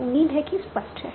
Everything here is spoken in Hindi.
तो उम्मीद है कि स्पष्ट है